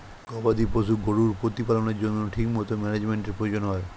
গবাদি পশু গরুর প্রতিপালনের জন্য ঠিকমতো ম্যানেজমেন্টের প্রয়োজন হয়